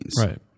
Right